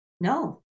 No